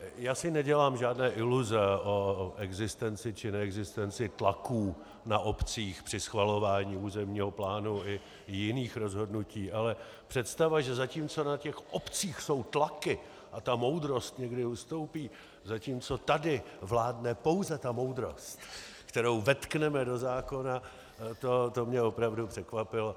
Já si nedělám žádné iluze o existenci či neexistenci tlaků na obcích při schvalování územního plánu i jiných rozhodnutí, ale představa, že zatímco na těch obcích jsou tlaky a ta moudrost někdy ustoupí, zatímco tady vládne pouze ta moudrost, kterou vetkneme do zákona, to mě opravdu překvapilo.